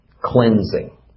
cleansing